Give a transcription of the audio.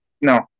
no